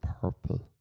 purple